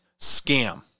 scam